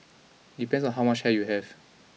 depends on how much hair you have